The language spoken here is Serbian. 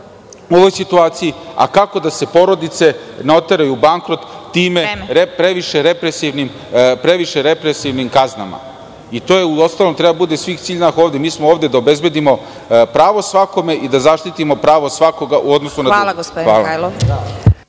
u ovoj situaciji, a kako da se porodice ne oteraju u bankrot tim previše represivnim kaznama. To, u ostalom, treba da bude svima cilj. Mi smo ovde da obezbedimo pravo svakome i da zaštitimo pravo svakoga u odnosu na druge. Hvala. **Vesna